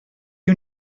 you